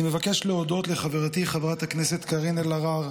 אני מבקש להודות לחברתי חברת הכנסת קארין אלהרר